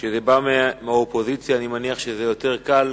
כשזה בא מהאופוזיציה אני מניח שזה יותר קל,